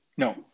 No